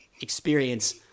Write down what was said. experience